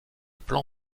plan